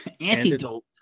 Antidote